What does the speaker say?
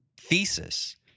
thesis